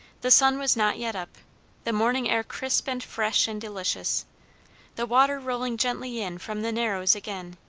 the sun was not yet up the morning air crisp and fresh and delicious the water rolling gently in from the narrows again,